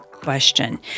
question